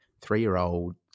three-year-old